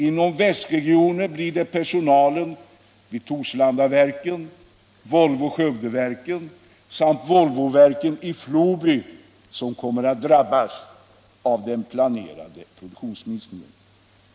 Inom västregionen blir det personalen vid Torslandaverken, Volvo-Skövdeverken samt Volvoverken i Floby som kommer att drabbas av den planerade produktionsminskningen.